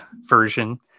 version